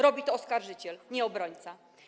Robi to oskarżyciel, nie obrońca.